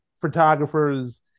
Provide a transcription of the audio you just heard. photographers